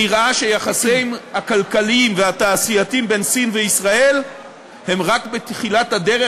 שנראה שהיחסים הכלכליים והתעשייתיים בין סין וישראל הם רק בתחילת הדרך.